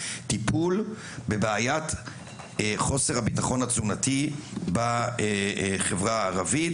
טיפול בבעיית חוסר הביטחון התזונתי בחברה הערבית.